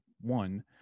one